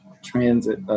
Transit